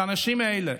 שהאנשים האלה,